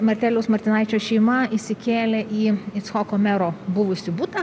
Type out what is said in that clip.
martelijaus martinaičio šeima įsikėlė į icchoko mero buvusį butą